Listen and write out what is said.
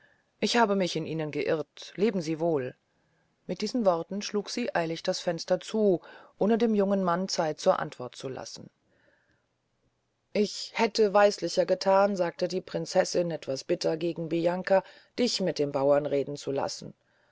ich habe mich in ihnen geirrt leben sie wohl mit diesen worten schlug sie eilig das fenster zu ohne dem jungen mann zeit zur antwort zu lassen ich hätte weißlicher gethan sagte die prinzessin etwas bitter gegen bianca dich mit dem bauren reden zu lassen